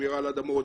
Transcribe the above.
שמירה על אדמות,